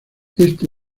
éste